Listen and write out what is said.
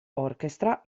orchestra